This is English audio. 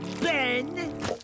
Ben